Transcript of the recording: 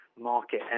market